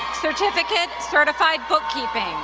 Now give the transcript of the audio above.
certificate, certified bookkeeping.